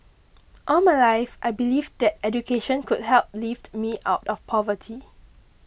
all my life I believed that education could help lift me out of poverty